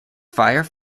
fire